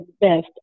best